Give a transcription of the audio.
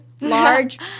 large